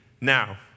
now